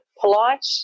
polite